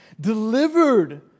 delivered